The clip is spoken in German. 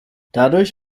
dadurch